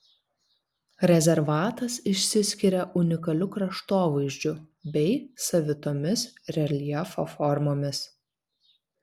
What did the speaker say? rezervatas išsiskiria unikaliu kraštovaizdžiu bei savitomis reljefo formomis